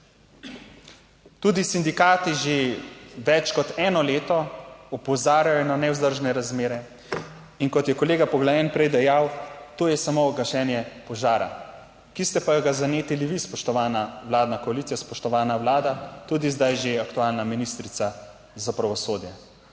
Tudi sindikati že več kot eno leto opozarjajo na nevzdržne razmere in, kot je kolega Poglajen prej dejal, to je samo gašenje požara, ki ste pa ga zanetili vi, spoštovana vladna koalicija, spoštovana Vlada, tudi zdaj že aktualna ministrica za pravosodje,